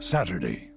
Saturday